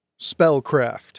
Spellcraft